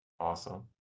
Awesome